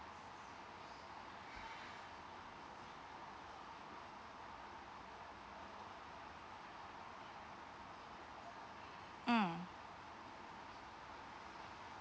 mm